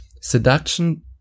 Seduction